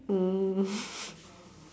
mm